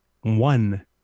one